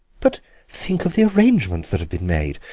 but think of the arrangements that have been made,